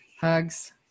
hugs